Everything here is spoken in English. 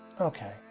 Okay